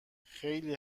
خیلی